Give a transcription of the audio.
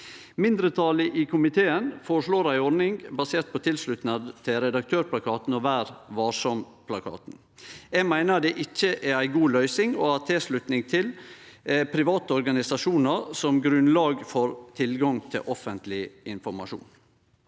Mindretalet i komiteen føreslår ei ordning basert på tilslutnad til Redaktørplakaten og Ver Varsam-plakaten. Eg meiner at det ikkje er ei god løysing å ha tilslutnad til private organisasjonar som grunnlag for tilgang til offentleg informasjon.